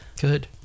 Good